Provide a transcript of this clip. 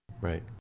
right